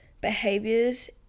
behaviors